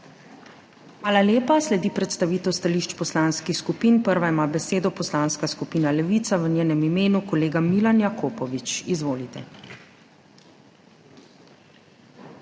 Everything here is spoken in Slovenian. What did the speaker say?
Hvala lepa. Sledi predstavitev stališč poslanskih skupin. Prva ima besedo Poslanska skupina Levica, v njenem imenu kolega Milan Jakopovič. Izvolite.